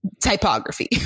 typography